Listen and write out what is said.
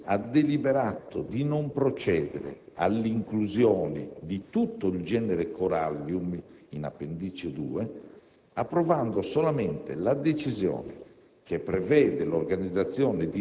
la Conferenza delle parti CITES ha deliberato di non procedere all'inclusione di tutto il genere *Corallium* in Appendice II, approvando solamente la decisione